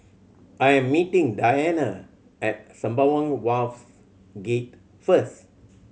I am meeting Diana at Sembawang Wharves Gate first